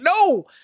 no